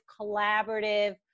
collaborative